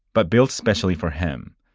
but built especially for him.